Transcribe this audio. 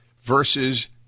versus